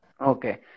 Okay